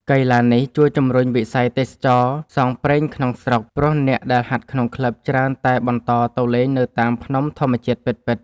កីឡានេះជួយជំរុញវិស័យទេសចរណ៍ផ្សងព្រេងក្នុងស្រុក ព្រោះអ្នកដែលហាត់ក្នុងក្លឹប ច្រើនតែបន្តទៅលេងនៅតាមភ្នំធម្មជាតិពិតៗ។